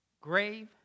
grave